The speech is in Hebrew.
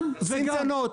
גם וגם.